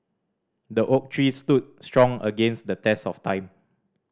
the oak tree stood strong against the test of time